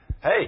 Hey